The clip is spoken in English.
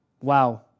Wow